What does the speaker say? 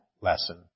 lesson